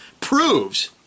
proves